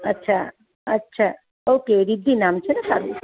અચ્છા અચ્છા ઓકે રિદ્ધિ નામ છે ને તારું